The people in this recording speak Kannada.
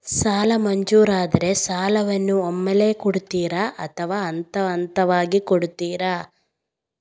ಸಾಲ ಮಂಜೂರಾದರೆ ಸಾಲವನ್ನು ಒಮ್ಮೆಲೇ ಕೊಡುತ್ತೀರಾ ಅಥವಾ ಹಂತಹಂತವಾಗಿ ಕೊಡುತ್ತೀರಾ?